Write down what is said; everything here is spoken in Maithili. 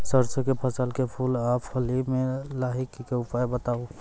सरसों के फसल के फूल आ फली मे लाहीक के उपाय बताऊ?